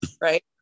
right